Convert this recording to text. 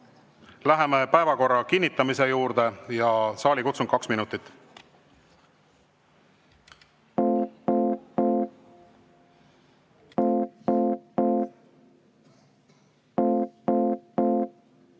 Läheme päevakorra kinnitamise juurde. Saalikutsung kaks minutit.